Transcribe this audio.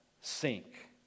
sink